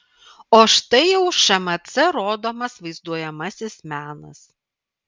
o štai jau šmc rodomas vaizduojamasis menas